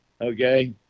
Okay